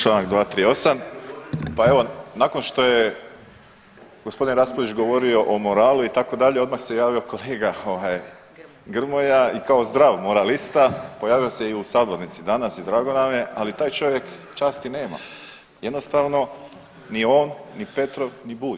Čl. 238. pa evo nakon što je g. Raspudić govorio o moralu itd. odmah se javio kolega Grmoja i kao zdrav moralista pojavio se i u sabornici danas i drago nam je, ali taj čovjek časti nema, jednostavno ni on, ni Petrov, ni Bulj.